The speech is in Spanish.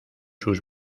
sus